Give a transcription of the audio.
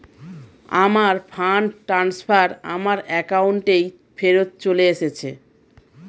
আমার fund transfer আমার অ্যাকাউন্টেই ফেরত চলে এসেছে